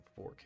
4K